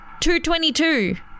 222